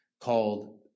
called